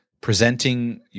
presenting